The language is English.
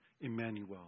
Emmanuel